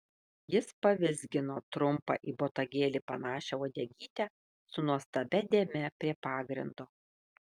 jis pavizgino trumpą į botagėlį panašią uodegytę su nuostabia dėme prie pagrindo